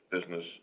business